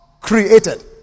created